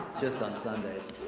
just on sundays.